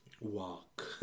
Walk